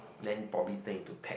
then probably think in to text